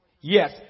yes